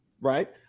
right